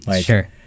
Sure